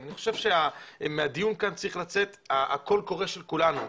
אני חושב שמהדיון כאן צריכה לצאת קול קורא של כולנו.